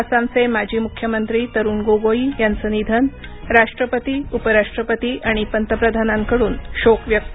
आसामचे माजी मुख्यमंत्री तरुण गोगोई यांचं निधन राष्ट्रपती उपराष्ट्रपती आणि पंतप्रधानांकडून शोक व्यक्त